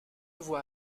voit